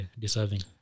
deserving